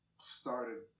started